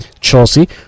Chelsea